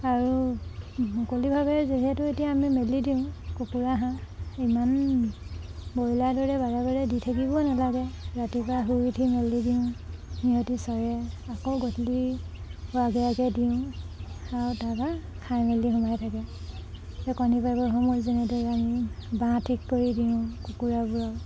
আৰু মুকলিভাৱে যিহেতু এতিয়া আমি মেলি দিওঁ কুকুৰা হাঁহ ইমান ব্ৰইলাৰ দৰে বাৰে বাৰে দি থাকিবও নালাগে ৰাতিপুৱা শুই উঠি মেলি দিওঁ সিহঁতি চৰে আকৌ গধূলি হোৱা আগে আগে দিওঁ আৰু তাৰপৰা খাই মেলি সোমাই থাকে সেই কণী পাৰিবৰ সময়ত যেনেদৰে আমি বাহ ঠিক কৰি দিওঁ কুকুৰাবোৰক